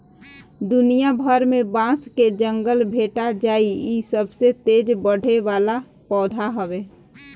दुनिया भर में बांस के जंगल भेटा जाइ इ सबसे तेज बढ़े वाला पौधा हवे